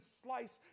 slice